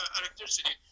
electricity